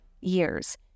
years